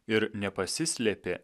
ir nepasislėpė